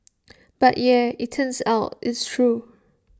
but yeah IT turns out it's true